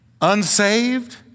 unsaved